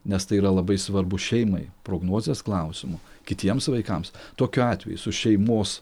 nes tai yra labai svarbu šeimai prognozės klausimu kitiems vaikams tokiu atveju su šeimos